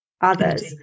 others